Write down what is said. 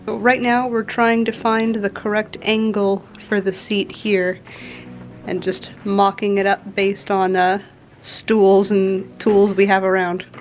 but right now, we're trying to find the correct angle for the seat here and just mocking it up based on ah stools and tools we have around.